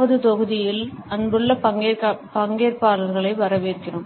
வது தொகுதியில் அன்புள்ள பங்கேற்பாளர்களை வரவேற்கிறோம்